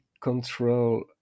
control